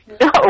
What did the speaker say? no